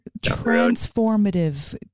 transformative